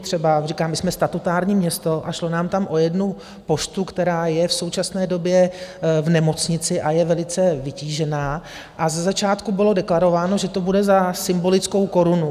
Třeba říkám, my jsme statutární město, a šlo nám tam o jednu poštu, která je v současné době v nemocnici a je velice vytížená, a ze začátku bylo deklarováno, že to bude za symbolickou korunu.